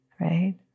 right